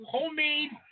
Homemade